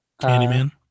Candyman